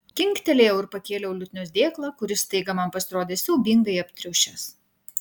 kinktelėjau ir pakėliau liutnios dėklą kuris staiga man pasirodė siaubingai aptriušęs